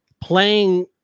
playing